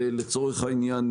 ולצורך העניין,